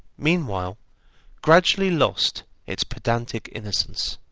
meanwhile gradually lost its pedantic innocence.